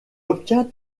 obtient